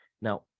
now